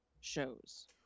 shows